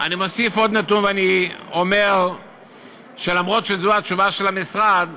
ואני אומר שאף שזו התשובה של המשרד,